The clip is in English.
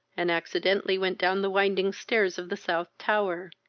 and accidentally went down the winding stairs of the south tower.